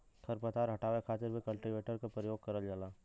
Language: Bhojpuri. खर पतवार हटावे खातिर भी कल्टीवेटर क परियोग करल जाला